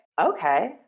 Okay